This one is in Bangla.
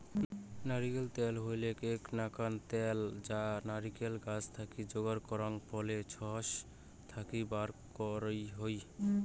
নারিকোল ত্যাল হইলেক এ্যাক নাকান ত্যাল যা নারিকোল গছ থাকি যোগার করাং ফলের শাস থাকি বার হই